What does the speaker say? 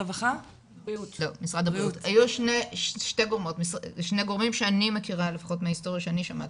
היו שני גורמים שאני מכירה לפחות מההיסטוריה שאני שמעתי,